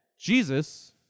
Jesus